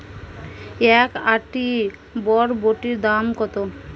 এক আঁটি বরবটির দাম কত?